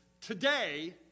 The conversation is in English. today